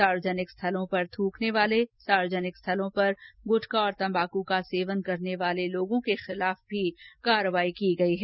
सार्वजनिक स्थलों पर थ्रकने वाले सार्वजनिक स्थलों पर गुटखा तम्बाक का सेवन करने वाले व्यक्तियों के खिलाफ कार्यवाही की गई है